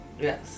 Yes